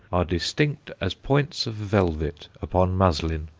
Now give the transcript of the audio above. are distinct as points of velvet upon muslin.